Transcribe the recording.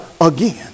again